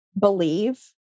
believe